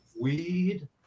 weed